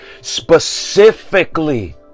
specifically